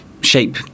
shape